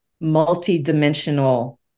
multi-dimensional